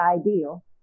ideal